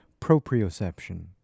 proprioception